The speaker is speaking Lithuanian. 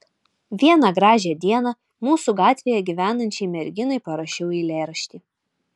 vieną gražią dieną mūsų gatvėje gyvenančiai merginai parašiau eilėraštį